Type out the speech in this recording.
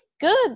good